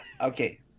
Okay